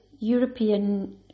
European